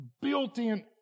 built-in